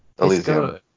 Elysium